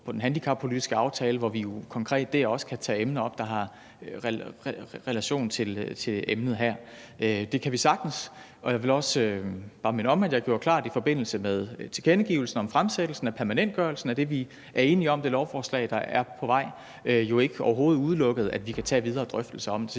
på den handicappolitiske aftale, hvor vi konkret også kan tage emner op, der har relation til emnet her. Det kan vi sagtens, og jeg vil også bare minde om, at jeg i forbindelse med tilkendegivelsen om fremsættelsen af permanentgørelsen af det, vi er enige om i det lovforslag, der er på vej, gjorde klart, at jeg overhovedet ikke udelukkede, at vi kan tage videre drøftelser om det.